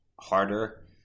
harder